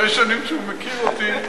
אחרי שנים שהוא מכיר אותי,